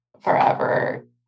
forever